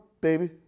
baby